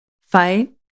fight